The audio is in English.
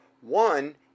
One